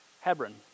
Hebron